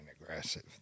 aggressive